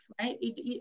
right